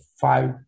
five